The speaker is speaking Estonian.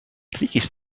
riigis